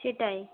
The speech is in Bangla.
সেটাই